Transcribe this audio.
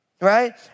right